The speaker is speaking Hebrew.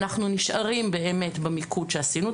אנחנו נשארים באמת במיקוד שעשינו.